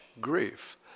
grief